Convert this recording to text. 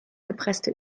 gepresste